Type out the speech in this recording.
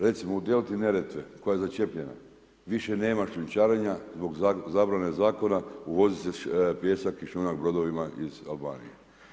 Recimo u delti Neretve, koja je začepljena, više nema šljunčarenja, zbog zabrane zakona, uvozi se pijesak i šljunak brodovima iz Albanije.